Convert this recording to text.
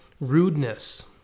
rudeness